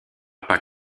pas